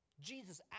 Jesus